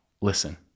listen